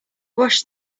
washed